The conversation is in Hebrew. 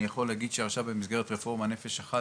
אני יכול להגיד שעכשיו במסגרת רפורמה נפש אחת